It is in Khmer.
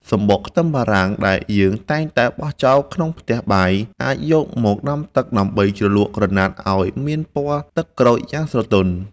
សំបកខ្ទឹមបារាំងដែលយើងតែងតែបោះចោលក្នុងផ្ទះបាយ អាចយកមកដាំទឹកដើម្បីជ្រលក់ក្រណាត់ឱ្យមានពណ៌ទឹកក្រូចយ៉ាងស្រទន់។